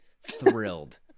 thrilled